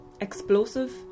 explosive